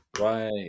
Right